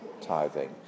tithing